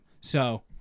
so-